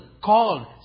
called